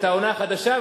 את העונה החדשה,